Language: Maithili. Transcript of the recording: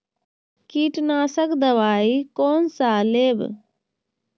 कीट नाशक दवाई कोन सा लेब?